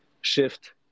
shift